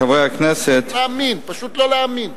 תודה, חברי הכנסת, לא להאמין, פשוט לא להאמין.